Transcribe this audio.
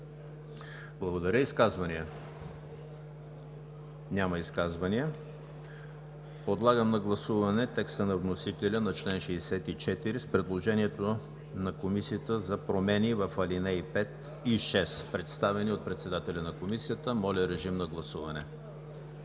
Благодаря. Изказвания? Няма изказвания. Подлагам на гласуване текста на вносителя на чл. 64 и предложението на Комисията за промени в ал. 5 и 6, представени от председателя на Комисията. Гласували